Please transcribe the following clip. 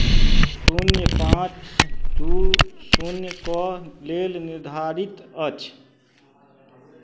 शून्य पाँच दू शून्यके लेल निर्धारित अछि